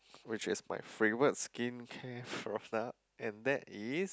which is my favorite skincare product and that is